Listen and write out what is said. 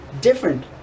different